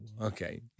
okay